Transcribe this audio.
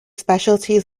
specialties